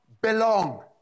belong